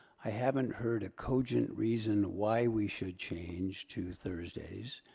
i haven't heard a cogent reason why we should change to thursdays,